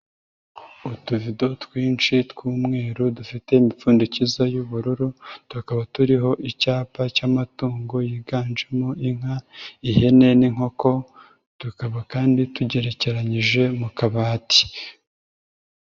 Utuvido twinshi tw'umweru dufite imipfundikizo y'ubururu, tukaba turiho icyapa cy'amatungo yiganjemo inka, ihene n'inkoko, tukaba kandi tugerekeranyije mu kabati.